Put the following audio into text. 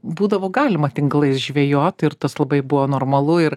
būdavo galima tinklais žvejot ir tas labai buvo normalu ir